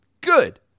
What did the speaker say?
Good